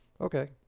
okay